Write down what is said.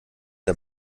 der